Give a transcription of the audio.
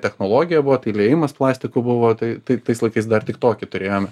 technologija buvo tai liejimas plastiku buvo tai tai tais laikais dar tik tokį turėjom